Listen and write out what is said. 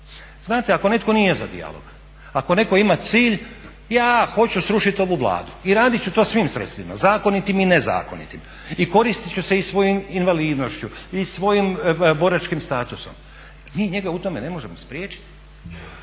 Znate ako netko nije za dijalog, ako netko ima za cilj ja hoću srušiti ovu Vladu i radit ću to svim sredstvima zakonitim i nezakonitim i koristit ću se i svojom invalidnošću i svojim boračkim statusom, mi u tome njega ne možemo spriječiti.